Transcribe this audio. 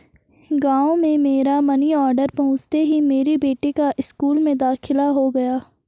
गांव में मेरा मनी ऑर्डर पहुंचते ही मेरी बेटी का स्कूल में दाखिला हो गया